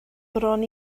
bron